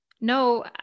No